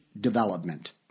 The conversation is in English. development